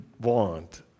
want